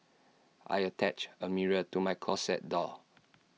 I attached A mirror to my closet door